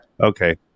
okay